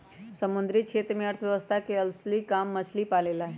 समुद्री क्षेत्र में अर्थव्यवस्था के असली काम हई मछली पालेला